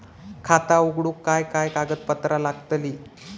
खाता उघडूक काय काय कागदपत्रा लागतली?